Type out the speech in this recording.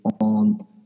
on